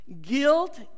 guilt